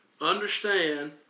Understand